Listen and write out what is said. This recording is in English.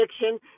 addiction